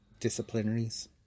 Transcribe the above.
disciplinaries